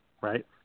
Right